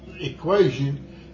equation